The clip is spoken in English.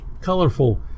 colorful